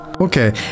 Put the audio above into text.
Okay